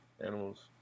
animals